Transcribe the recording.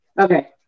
Okay